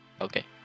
Okay